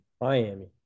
Miami